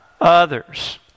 others